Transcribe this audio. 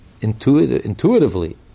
intuitively